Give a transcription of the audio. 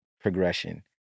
progression